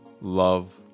love